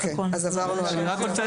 אני רוצה